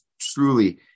truly